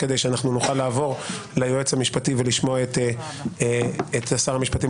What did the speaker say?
כדי שנוכל לעבור ליועץ המשפטי ולשמוע את שר המשפטים